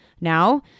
Now